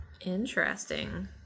Interesting